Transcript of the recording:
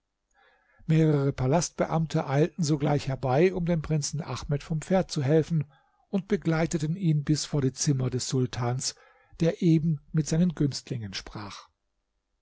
mehrere palastbeamte eilten sogleich herbei um dem prinzen ahmed vom pferd zu helfen und begleiteten ihn bis vor die zimmer des sultans der eben mit seinen günstlingen sprach